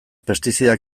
pestizida